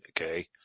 okay